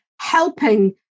helping